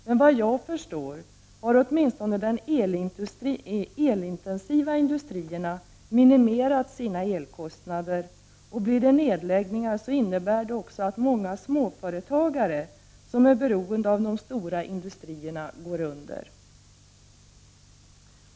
Men såvitt jag förstår har åtminstone de elintensiva industrierna minimerat sina elkostnader, och blir det nedläggningar innebär det också att många småföretagare, som är beroende av de stora industrierna, går under.